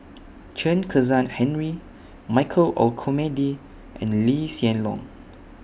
Chen Kezhan Henri Michael Olcomendy and Lee Hsien Loong